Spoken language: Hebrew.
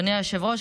אדוני היושב-ראש,